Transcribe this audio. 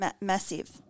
massive